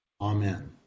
Amen